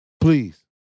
Please